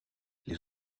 les